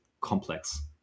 complex